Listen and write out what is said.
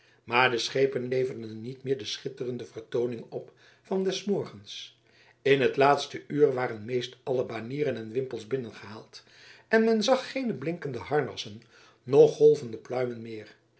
maar de schepen leverden niet meer de schitterende vertooning op van des morgens in het laatste uur waren meest alle banieren en wimpels binnengehaald en men zag geene blinkende harnassen noch golvende pluimen